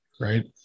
right